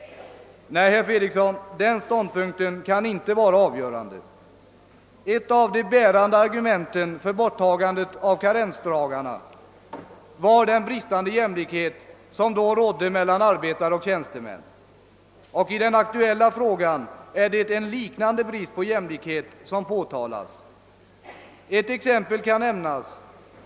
Nej, herr Fredriksson, den omständigheten kan inte vara avgörande. Ett av de bärande argumenten för borttagandet av karensdagarna var den bristande jämlikhet som rådde mellan arbetare och tjänstemän. I den aktuella frågan har en liknande brist på jämlikhet påtalats. Ett exempel härpå kan nämnas.